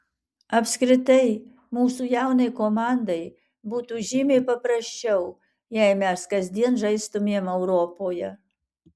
apskritai mūsų jaunai komandai būtų žymiai paprasčiau jei mes kasdien žaistumėm europoje